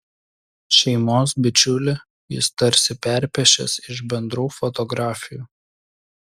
šeimos bičiulį jis tarsi perpiešęs iš bendrų fotografijų